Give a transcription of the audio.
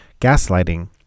gaslighting